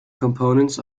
components